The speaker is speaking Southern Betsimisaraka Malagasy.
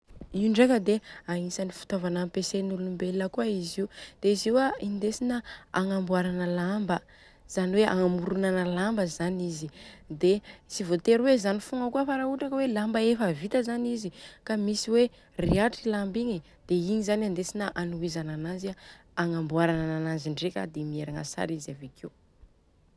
Io ndreka dia agnisany fitaovana ampiasain'olombelona kôa izy io. Izy io a indesina agnamboarana lamba. Zany hoe amoronana lamba zany izy. Dia tsy vôtery hoe zany fogna kôa fa raha ohatra ka hoe lamba efa vita zany izy ka misy hoe riatra i lamba igny dia igny zany andesina anohizana ananjy an agnamboarana ananjy ndreka a dia mierigna tsara izy avekeo.